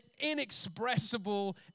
inexpressible